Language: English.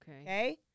Okay